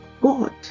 God